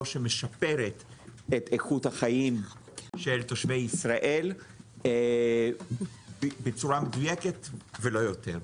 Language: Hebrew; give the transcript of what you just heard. שמשפרת את איכות החיים של תושבי ישראל בצורה מדויקת ולא יותר.